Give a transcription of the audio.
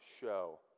show